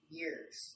years